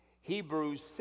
Hebrews